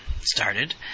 started